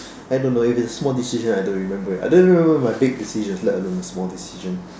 I don't know if it's a small decision I don't remember I don't even remember my big decision let alone small decision